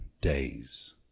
days